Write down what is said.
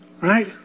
Right